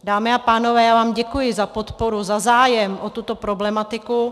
Dámy a pánové, já vám děkuji za podporu, za zájem o tuto problematiku.